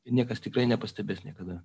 niekas tikrai nepastebės niekada